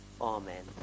Amen